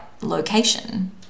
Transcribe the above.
location